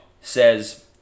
says